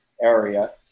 area